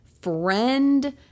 friend